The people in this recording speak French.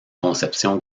conception